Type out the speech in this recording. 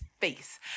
face